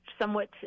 somewhat